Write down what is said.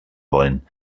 wollen